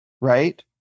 right